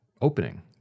opening